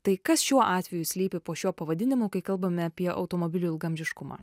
tai kas šiuo atveju slypi po šiuo pavadinimu kai kalbam apie automobilių ilgaamžiškumą